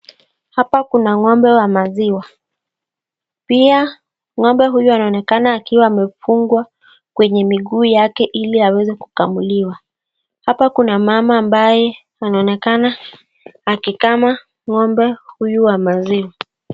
Hapa kuna ng'ombe wa maziwa. Pia ng'ombe huyu anaonekana akiwa amefungwa kwenye miguu yake ili aweze kukamuliwa. Hapa kuna mama ambaye anaonekana akikama ng'ombe huyu wa maziwa.